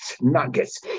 nuggets